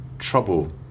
trouble